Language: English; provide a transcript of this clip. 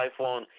iPhone